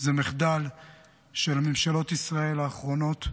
של ממשלות ישראל האחרונות,